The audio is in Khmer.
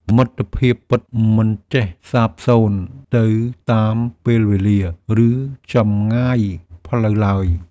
មិត្តភាពពិតមិនចេះសាបសូន្យទៅតាមពេលវេលា ឬចម្ងាយផ្លូវឡើយ។